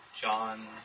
John